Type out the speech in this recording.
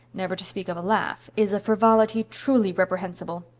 never to speak of a laugh, is a frivolity truly reprehensible.